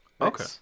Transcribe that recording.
okay